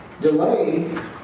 delay